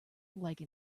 like